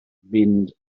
fynd